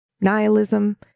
nihilism